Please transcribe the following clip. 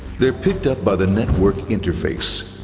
they're picked up by the network interface,